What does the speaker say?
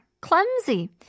Clumsy